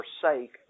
forsake